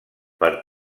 per